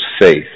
faith